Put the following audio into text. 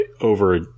over